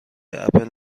اپل